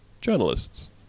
journalists